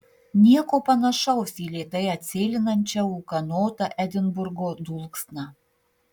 nieko panašaus į lėtai atsėlinančią ūkanotą edinburgo dulksną